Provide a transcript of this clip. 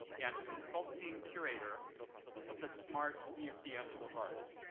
and consulting curator of the smart museum of art.